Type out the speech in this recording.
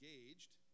engaged